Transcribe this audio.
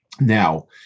Now